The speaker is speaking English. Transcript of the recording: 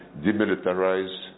demilitarize